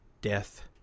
death